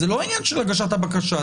זה לא עניין של הגשת הבקשה,